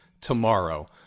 tomorrow